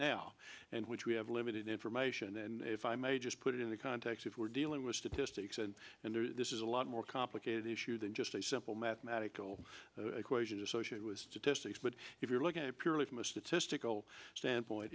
now and which we have limited information and if i may just put it in the context if we're dealing with statistics and and this is a lot more complicated issue than just a simple mathematical equations associated with statistics but if you're looking at a purely from a statistical standpoint